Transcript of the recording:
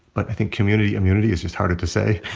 but i think community immunity is just harder to say.